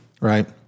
Right